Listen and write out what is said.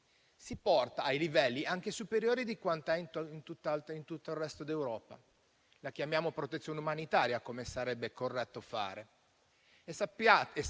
rispetto a quelli che ci sono in tutto il resto d'Europa. La chiamiamo protezione umanitaria, come sarebbe corretto fare. E sappiamo